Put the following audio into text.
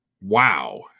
wow